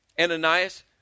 Ananias